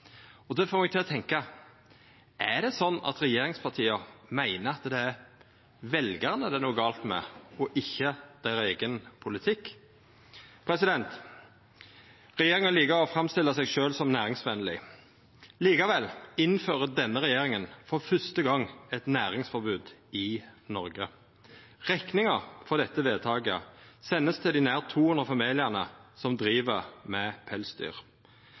og det får meg til å tenke: Er det sånn at regjeringspartia meiner at det er veljarane det er noko gale med, og ikkje deira eigen politikk? Regjeringa liker å framstilla seg sjølv som næringsvenleg. Likevel innfører denne regjeringa for første gong eit næringsforbod i Noreg. Rekninga for dette vedtaket vert send til dei nær 200 familiane som driv med pelsdyr.